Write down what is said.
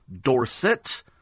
Dorset